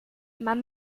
man